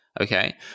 okay